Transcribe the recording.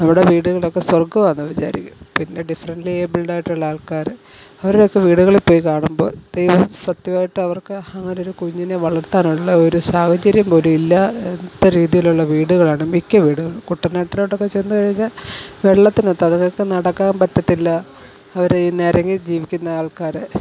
നമ്മുടെ വീടുകളൊക്കെ സ്വർഗ്ഗമാണെന്ന് വിചാരിക്കും പിന്നെ ഡിഫറെൻറ്റ്ലി ഏബിൾഡായിട്ടുള്ളാൾക്കാര് അവരുടെയൊക്കെ വീടുകളിൽ പോയി കാണുമ്പോള് ദൈവം സത്യമായിട്ടവർക്ക് അങ്ങനെ ഒരു കുഞ്ഞിനെ വളർത്താനുള്ള ഉള്ള ഒരു സാഹചര്യം പോലും ഇല്ലാത്ത രീതിയിലുള്ള വീടുകളാണ് മിക്ക വീടുകളും കുട്ടനാട്ടിലോട്ടൊക്കെ ചെന്ന് കഴിഞ്ഞാല് വെള്ളത്തിനകത്ത് അതുങ്ങള്ക്ക് നടക്കാൻ പറ്റത്തില്ല അവരീ നിരങ്ങി ജീവിക്കുന്ന ആൾക്കാര്